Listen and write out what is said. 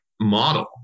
model